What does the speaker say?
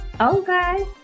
Okay